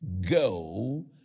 go